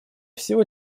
всего